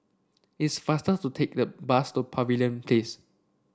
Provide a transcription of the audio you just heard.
it's faster to take the bus to Pavilion Place